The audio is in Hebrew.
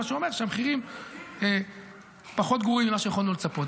מה שאומר שהמחירים פחות גרועים ממה שיכולנו לצפות.